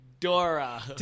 Dora